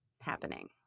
happening